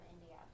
India